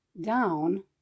down